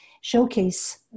showcase